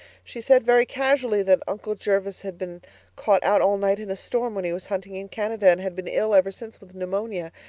she said very casually that uncle jervis had been caught out all night in a storm when he was hunting in canada, and had been ill ever since with pneumonia.